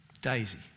Daisy